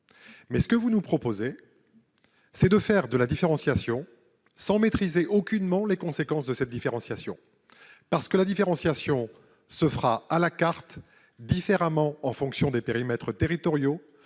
ici, vous proposez de faire de la différenciation sans maîtriser aucunement les conséquences de cette dernière. En effet, la différenciation se fera à la carte, différemment en fonction des périmètres territoriaux,